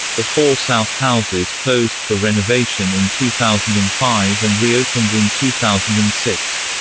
the four south houses closed for renovation in two thousand and five and reopened in two thousand and six.